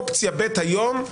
אופציה (ב) היום,